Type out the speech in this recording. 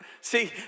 See